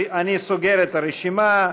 אני סוגר את הרשימה.